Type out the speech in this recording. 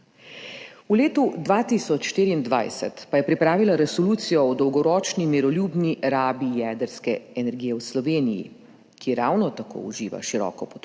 V letu 2024 pa je pripravila Resolucijo o dolgoročni miroljubni rabi jedrske energije v Sloveniji, ki ravno tako uživa široko podporo,